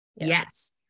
Yes